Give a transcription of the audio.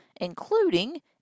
including